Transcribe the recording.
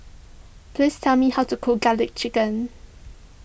please tell me how to cook Garlic Chicken